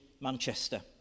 Manchester